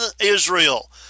Israel